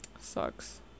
sucks